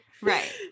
Right